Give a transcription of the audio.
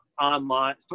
online